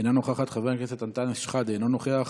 אינה נוכחת, חבר הכנסת אנטאנס שחאדה, אינו נוכח,